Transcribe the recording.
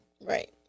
Right